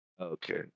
Okay